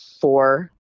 four